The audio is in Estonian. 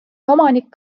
omanik